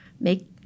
make